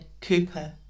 Cooper